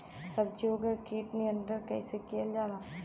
सब्जियों से कीट नियंत्रण कइसे कियल जा?